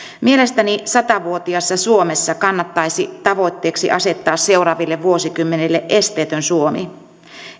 mielestäni satavuotiaassa suomessa kannattaisi tavoitteeksi asettaa seuraaville vuosikymmenille esteetön suomi